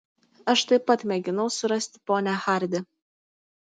aš taip pat mėginau surasti ponią hardi